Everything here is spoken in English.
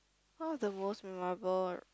one of the most memorable